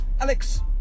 Alex